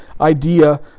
idea